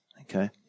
Okay